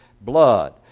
blood